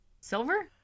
Silver